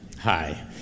Hi